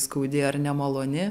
skaudi ar nemaloni